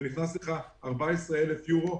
ונכנסים לך 14,000 יורו,